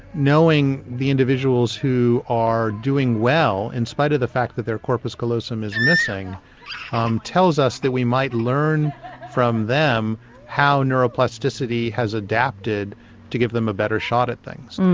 knowing the individuals who are doing well in spite of the fact that their corpus callosum is missing um tells us that we might learn from them how neuroplasticity has adapted to give them a better shot at things.